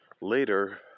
later